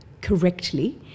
correctly